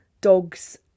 dogs